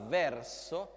verso